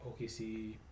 OKC